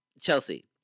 Chelsea